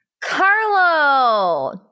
Carlo